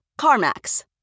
CarMax